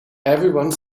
everyone